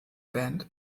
band